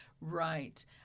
Right